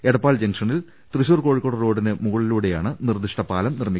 എടപ്പാൾ ജങ്ഷ നിൽ തൃശൂർ കോഴിക്കോട് റോഡിന് മുകളിലൂടെയാണ് നിർദിഷ്ട പാലം നിർമിക്കുന്നത്